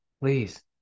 please